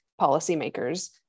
policymakers